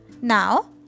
Now